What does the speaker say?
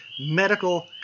medical